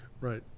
right